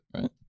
right